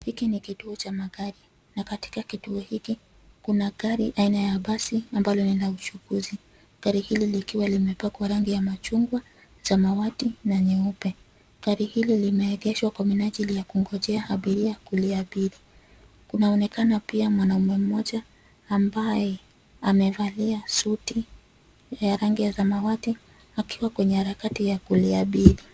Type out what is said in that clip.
Hiki ni kituo cha magari na katika kituo hiki, kuna gari aina ya basi ambalo ni la uchukuzi. Gari hili likiwa limepakwa rangi ya machungwa, samawati na nyeupe. Gari hili limeegeshwa kwa minajili ya kungojea abiria kuliabiri. Kunaonekana pia mwanaume mmoja ambaye amevalia suti ya rangi ya samawati akiwa kwenye harakati ya kuliabiri.